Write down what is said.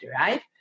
right